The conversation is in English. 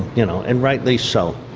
you know, and rightly so.